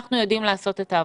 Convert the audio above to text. הם יודעים לעשות את העבודה.